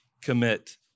commit